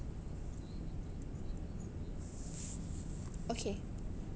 okay